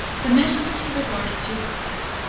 the measure which he resorted to was this.